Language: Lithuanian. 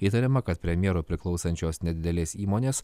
įtariama kad premjerui priklausančios nedidelės įmonės